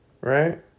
Right